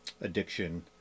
addiction